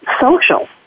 social